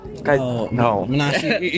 No